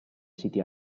siti